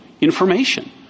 information